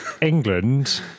England